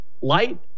light